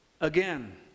Again